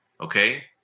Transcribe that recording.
okay